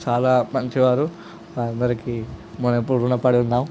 చాలా మంచివారు అందరికీ మనం ఎప్పుడు రుణపడి ఉందాం